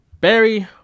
Barry